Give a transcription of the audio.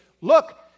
look